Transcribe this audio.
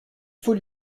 faut